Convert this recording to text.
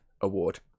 award